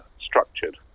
structured